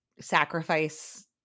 sacrifice